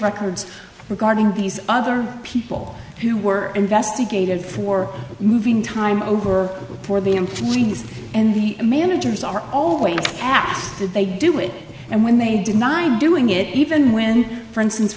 records regarding these other people who were investigated for moving time over for the employees and the managers are always happy that they do it and when they deny doing it even when for instance